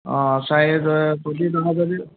অঁ অঁ চাৰি